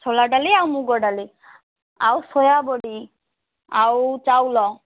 ସୋଲା ଡାଲି ଆଉ ମୁଗ ଡାଲି ଆଉ ସୋୟା ବଡ଼ି ଆଉ ଚାଉଲ